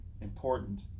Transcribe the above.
important